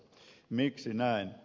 miksi näin